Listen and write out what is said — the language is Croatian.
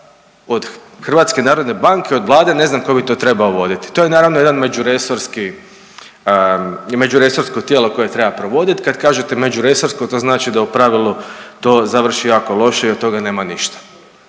ni slovceta od HNB-a, od Vlade, ne znam tko bi to trebao voditi. To je naravno jedan međuresorsko tijelo koje treba provoditi, kad kažete međuresorsko, to znači da u pravilu to završi jako loše i od toga nema ništa.